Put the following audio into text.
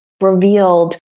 revealed